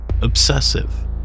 obsessive